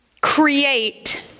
create